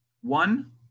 One